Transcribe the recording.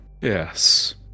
Yes